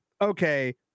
okay